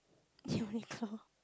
Uniqlo